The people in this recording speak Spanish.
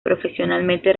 profesionalmente